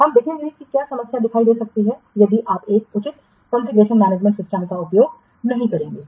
हम देखेंगे कि क्या समस्याएं दिखाई दे सकती हैं यदि आप एक उचित कॉन्फ़िगरेशनमैनेजमेंट सिस्टम का उपयोग नहीं करेंगे